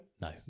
No